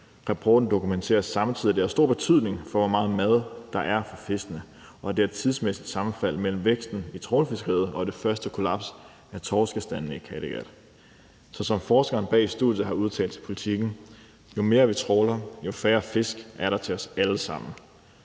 Rapporten dokumenterer samtidig, at det har stor betydning for, hvor meget mad der er til fiskene, og at der er et tidsmæssigt sammenfald mellem væksten i trawlfiskeriet og det første kollaps af torskebestanden i Kattegat. Så som forskeren bag studiet har udtalt til Politiken: »Jo mere vi trawler, jo færre fisk er der til os alle sammen«.